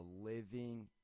living